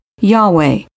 Yahweh